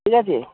ঠিক আছে